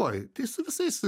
oi tai su visais